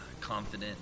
confident